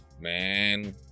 Man